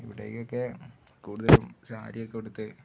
ഇവിടേക്ക് ഒക്കെ കൂടുതലും സാരിയൊക്കെ ഉടുത്ത്